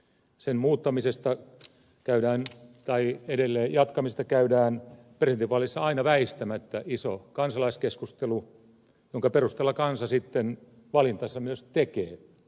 sen muuttamisesta tai jatkamisesta käydään presidentinvaaleissa aina väistämättä iso kansalaiskeskustelu jonka perusteella kansa sitten valintansa myös tekee